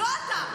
לא אתה, לא אתה.